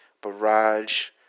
barrage